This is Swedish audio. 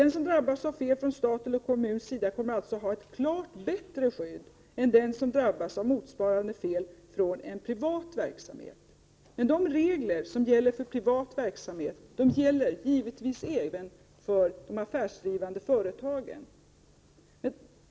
Den som drabbas av fel från statens eller kommunernas sida kommer alltså att ha ett klart bättre skydd än den som drabbats av motsvarande fel från en privat verksamhet. Men de regler som gäller för privat verksamhet gäller givetvis även för de affärsdrivande verken.